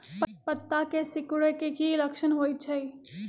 पत्ता के सिकुड़े के की लक्षण होइ छइ?